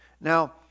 Now